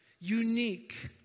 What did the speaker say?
Unique